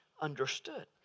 understood